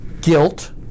guilt